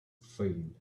thing